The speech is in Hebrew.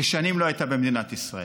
ששנים לא הייתה במדינת ישראל,